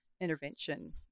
intervention